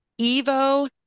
Evo